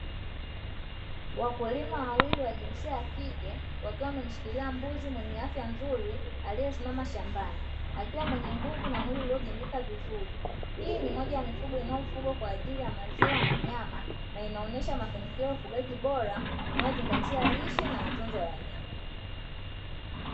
Wakulima wawili wa jinsia ya kike, wakiwa wamemshikilia mbuzi mwenye afya nzuri aliyesimama shambani, akiwa mwenye nguvu na mwili uliojengeka vizuri. Hii ni moja ya mifugo inayofugwa kwa ajili ya maziwa na nyama, na inaonyesha mafanikio ya ufugaji bora unaozingatia lishe na matunzo ya wanyama.